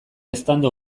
eztanda